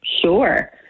Sure